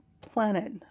planet